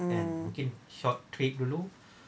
mm